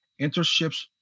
internships